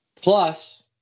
Plus